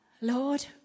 Lord